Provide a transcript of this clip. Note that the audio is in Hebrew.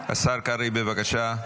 השר קרעי, בבקשה.